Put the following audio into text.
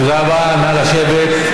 תודה רבה, נא לשבת.